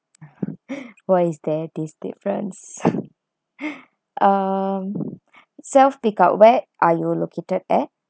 why is there this difference um self pick up where are you located at